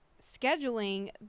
scheduling